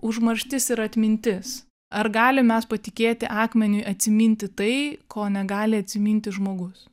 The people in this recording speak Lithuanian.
užmarštis ir atmintis ar galim mes patikėti akmeniui atsiminti tai ko negali atsiminti žmogus